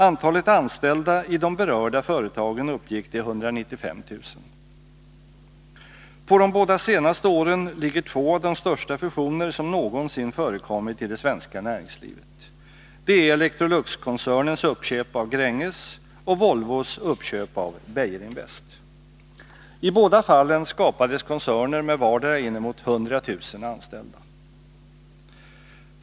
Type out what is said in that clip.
Antalet anställda i de berörda företagen uppgick till 195 000. På de båda senaste åren ligger två av de största fusioner som någonsin förekommit i det svenska näringslivet. Det är Electroluxkoncer 113 nens uppköp av Gränges och Volvos uppköp av Beijerinvest. I båda fallen skapades koncerner med vardera inemot 100 000 anställda.